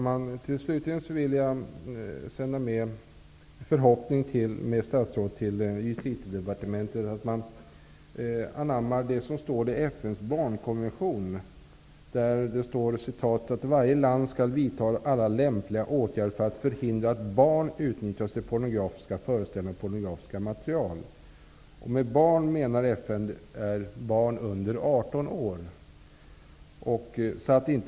Herr talman! Slutligen vill jag sända en förhoppning med statsrådet till Justitiedepartementet om att man anammar det som står i FN:s barnkonvention. Där står det: ''varje land skall vidta alla lämpliga åtgärder för att förhindra att barn utnyttjas i pornografiska föreställningar och pornografiska material''. Med barn menar FN individer under 18 år.